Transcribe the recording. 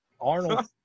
arnold